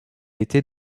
était